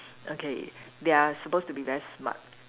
okay they are supposed to be very smart